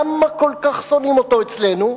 למה כל כך שונאים אותו אצלנו?